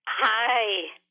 Hi